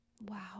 Wow